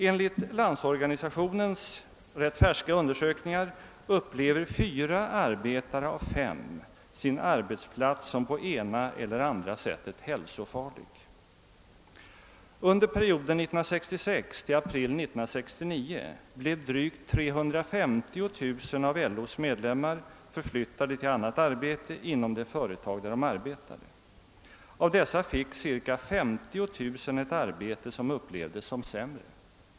Enligt LO:s rätt färska undersökningar upplever fyra arbetare av fem sin arbetsplats som på ena eller andra sättet hälsofarlig. Under tiden från 1966 fram till april 1969 blev drygt 350 000 av LO:s medlemmar förflyttade till annat arbete inom det företag där de arbetade — av dessa fick cirka 50 000 ett arbete som upplevdes som sämre.